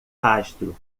rastro